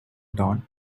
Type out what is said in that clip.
dawn